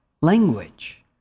language